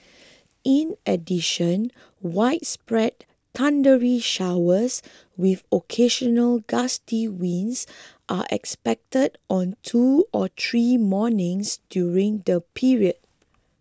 in addition widespread thundery showers with occasional gusty winds are expected on two or three mornings during the period